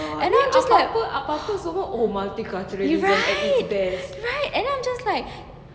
and then just like right right and then I'm just like